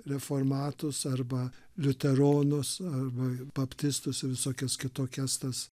reformatus arba liuteronus arba baptistus ir visokias kitokias tas